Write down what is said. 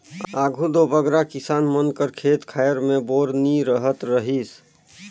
आघु दो बगरा किसान मन कर खेत खाएर मे बोर नी रहत रहिस